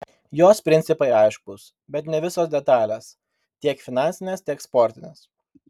jos principai aiškūs bet ne visos detalės tiek finansinės tiek sportinės